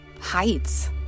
heights